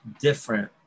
different